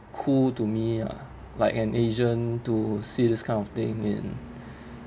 cool to me uh like an asian to see this kind of thing in